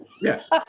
Yes